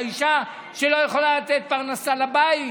האישה לא יכולה לתת פרנסה לבית.